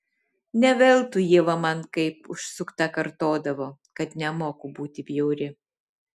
ne veltui ieva man kaip užsukta kartodavo kad nemoku būti bjauri